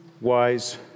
wise